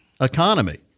economy